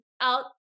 out